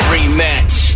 Rematch